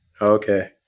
Okay